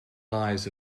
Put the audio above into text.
lives